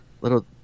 little